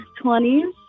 20s